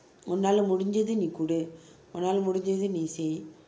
உன்னால் முடிந்ததை நீ கொடு உன்னால் முடிந்ததை நீ செய்:unnal mudinthathi nee kodu unnal mudinthathai nee sey